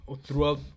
throughout